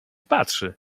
patrzy